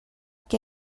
què